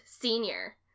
Senior